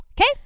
Okay